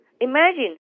Imagine